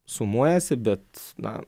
sumuojasi bet na